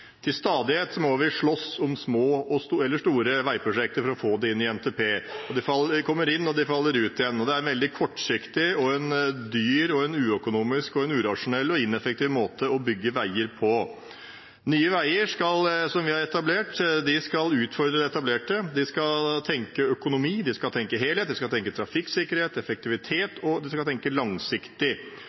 Til stadighet må vi slåss om små eller store veiprosjekter for å få dem inn i NTP. De kommer inn, og de faller ut igjen. Det er en veldig kortsiktig, dyr, uøkonomisk, urasjonell og ineffektiv måte å bygge veier på. Nye Veier, som vi har etablert, skal utfordre det etablerte. De skal tenke økonomi, de skal tenke helhet, de skal tenke trafikksikkerhet, de skal tenke effektivitet, og de skal tenke langsiktig.